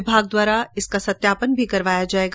विभाग द्वारा इसका सत्यापन भी करवाया जायेगा